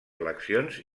eleccions